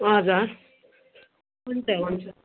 हजुर हुन्छ हुन्छ